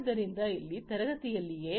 ಆದ್ದರಿಂದ ಇಲ್ಲಿ ತರಗತಿಯಲ್ಲಿಯೇ